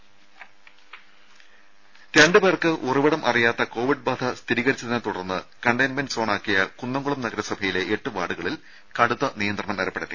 രേര രണ്ടുപേർക്ക് ഉറവിടം അറിയാത്ത കോവിഡ് ബാധ സ്ഥിരീകരിച്ചതിനെത്തുടർന്ന് കണ്ടെയ്ൻമെന്റ് സോണാക്കിയ കുന്നംകുളം നഗരസഭയിലെ എട്ട് വാർഡുകളിൽ കടുത്ത നിയന്ത്രണം ഏർപ്പെടുത്തി